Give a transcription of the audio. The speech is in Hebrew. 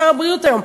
שר הבריאות היום,